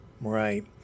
Right